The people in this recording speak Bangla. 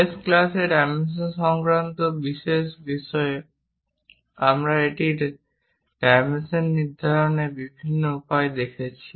শেষ ক্লাসে ডাইমেনশন সংক্রান্ত বিশেষ বিষয়ে আমরা এটির ডাইমেনশন নির্ধারণের বিভিন্ন উপায় দেখেছি